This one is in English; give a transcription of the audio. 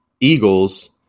Eagles